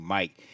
Mike